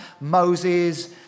Moses